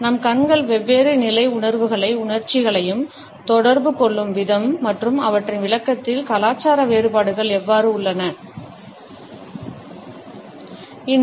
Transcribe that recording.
நம் கண்கள் வெவ்வேறு நிலை உணர்வுகளையும்உணர்ச்சிகளையும் தொடர்பு கொள்ளும் விதம் மற்றும் அவற்றின் விளக்கத்தில் கலாச்சார வேறுபாடுகள் எவ்வாறு உள்ளன என்பதை பார்ப்போம்